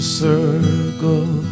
circle